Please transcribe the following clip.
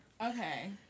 Okay